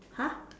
!huh!